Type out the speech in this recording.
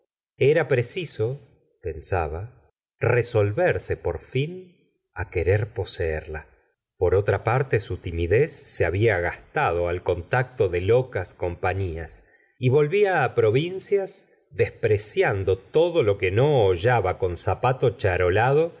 era preciso pensaba resolverse por fin á querer poseerla por otra parte su timidez se había gastado al contacto de locas compañías y volvía á provincias despreciando todo lo que no hollaba con zapato charolado